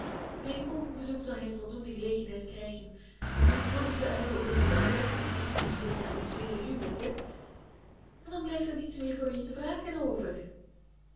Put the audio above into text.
bij een volgend bezoek zal hij voldoende gelegenheid krijgen om zijn gevoelens te uiten over schilderachtig natuurschoon en tweede huwelijken en dan blijft er niets meer voor je te vragen over